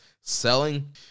selling